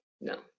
No